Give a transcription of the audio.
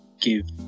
give